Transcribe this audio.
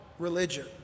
religion